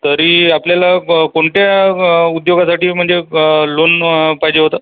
तरी आपल्याला ब कोणत्या उद्योगासाठी म्हणजे लोन पाहिजे होतं